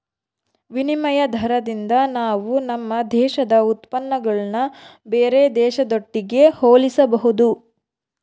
ವಿನಿಮಯ ದಾರದಿಂದ ನಾವು ನಮ್ಮ ದೇಶದ ಉತ್ಪನ್ನಗುಳ್ನ ಬೇರೆ ದೇಶದೊಟ್ಟಿಗೆ ಹೋಲಿಸಬಹುದು